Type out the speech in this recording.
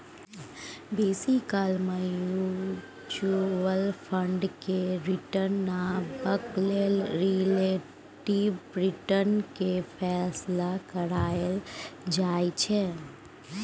बेसी काल mutual fund केर रिटर्न नापबाक लेल रिलेटिब रिटर्न केर फैसला कएल जाइ छै